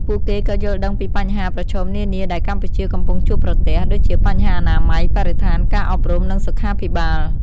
ពួកគេក៏យល់ដឹងពីបញ្ហាប្រឈមនានាដែលកម្ពុជាកំពុងជួបប្រទះ ដូចជាបញ្ហាអនាម័យ បរិស្ថាន ការអប់រំ និងសុខាភិបាល។